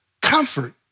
Comfort